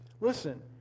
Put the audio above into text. listen